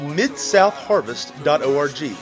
midsouthharvest.org